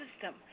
system